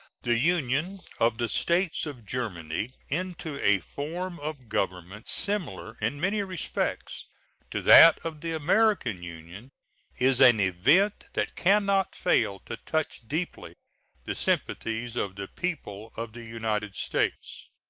the union of the states of germany into a form of government similar in many respects to that of the american union is an event that can not fail to touch deeply the sympathies of the people of the united states.